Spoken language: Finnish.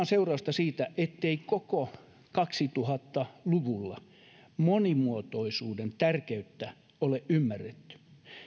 seurausta siitä ettei koko kaksituhatta luvulla monimuotoisuuden tärkeyttä ole ymmärretty